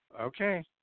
Okay